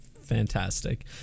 fantastic